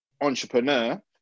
entrepreneur